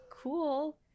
Cool